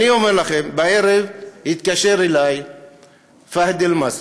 בערב התקשר אלי פאהד אל-מסרי,